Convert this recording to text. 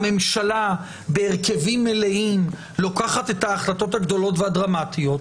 הממשלה בהרכבים מלאים לוקחת את ההחלטות הגדולות והדרמטיות,